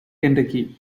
kentucky